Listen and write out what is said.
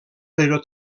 però